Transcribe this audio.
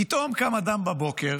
פתאום קם אדם בבוקר